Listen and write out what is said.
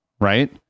right